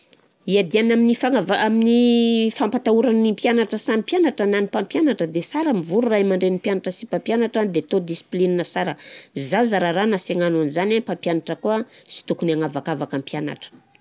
Iadiana amin'ny fagnavah- amin'ny fampatahoran'ny mpianatra samy mpianatra na ny mpampianatra de sara mivory ny ray amandrenin'ny mpianatra sy mpampianatra de atao discipline sara, zaza raràna sy hagnano an'zany an, mpampianatra koà sy tokony hagnavakavaka mpianatra.